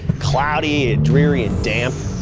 cloudy dreary and damp.